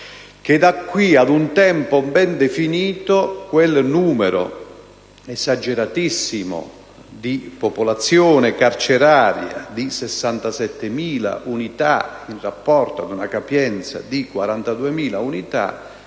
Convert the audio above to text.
da qui ad un tempo ben definito, di quel numero esageratissimo di popolazione carceraria di 67.000 unità, in rapporto alla capienza di 42.000 unità.